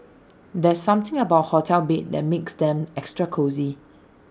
there's something about hotel beds that makes them extra cosy